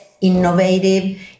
innovative